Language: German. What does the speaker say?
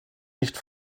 nicht